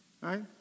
right